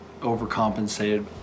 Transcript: overcompensated